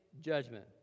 judgment